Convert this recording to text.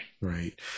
Right